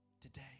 Today